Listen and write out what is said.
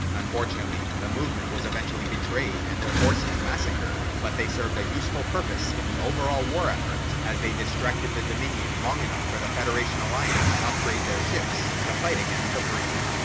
unfortunately, the movement was eventually betrayed and their forces massacred, but they served a useful purpose in the overall war effort, as they'd distracted the dominion long enough for the federation alliance to upgrade their ships to fight against the breen.